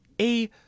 a-